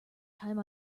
time